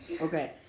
Okay